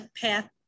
path